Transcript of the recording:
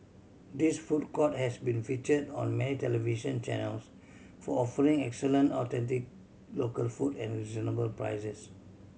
this food court has been feature on many television channels for offering excellent authentic local food at reasonable prices